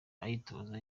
ayitoza